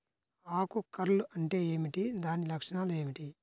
ఆకు కర్ల్ అంటే ఏమిటి? దాని లక్షణాలు ఏమిటి?